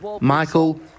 Michael